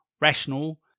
rational